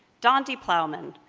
donde plowman!